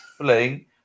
playing